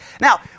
now